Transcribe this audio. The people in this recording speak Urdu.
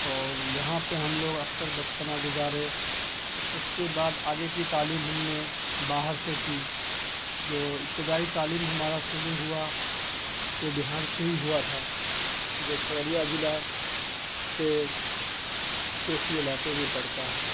اور یہاں پہ ہم لوگ اکثر بچپنا گزارے اس کے بعد آگے کی تعلیم ہم نے باہر سے کی جو ابتدائی تعلیم ہمارا شروع ہوا وہ بہار سے ہی ہوا تھا جو کھگڑیا ضلع کے کوسی علاقے میں پڑتا ہے